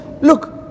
look